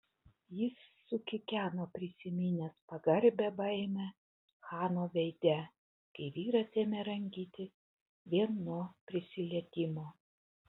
jis sukikeno prisiminęs pagarbią baimę chano veide kai vyras ėmė rangytis vien nuo prisilietimo